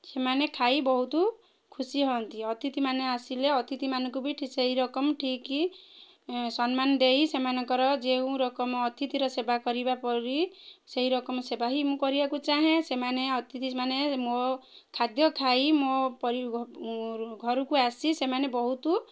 ସେମାନେ ଖାଇ ବହୁତ ଖୁସି ହୁଅନ୍ତି ଅତିଥିମାନେ ଆସିଲେ ଅତିଥିମାନଙ୍କୁ ବି ସେହି ରକମ ଠିକ୍ ସମ୍ମାନ ଦେଇ ସେମାନଙ୍କର ଯେଉଁ ରକମ ଅତିଥିର ସେବା କରିବା ପରି ସେହି ରକମ ସେବା ହିଁ ମୁଁ କରିବାକୁ ଚାହେଁ ସେମାନେ ଅତିଥି ମାନେ ମୋ ଖାଦ୍ୟ ଖାଇ ମୋ ଘରକୁ ଆସି ସେମାନେ ବହୁତ